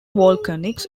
volcanics